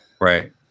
right